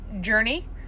journey